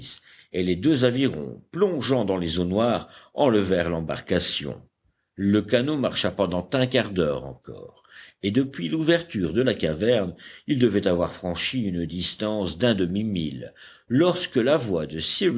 et les deux avirons plongeant dans les eaux noires enlevèrent l'embarcation le canot marcha pendant un quart d'heure encore et depuis l'ouverture de la caverne il devait avoir franchi une distance d'un demi-mille lorsque la voix de